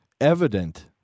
evident